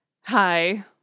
Hi